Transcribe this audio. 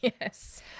Yes